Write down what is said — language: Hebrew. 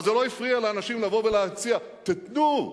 אבל זה לא הפריע לאנשים לבוא ולהציע: תיתנו,